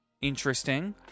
Interesting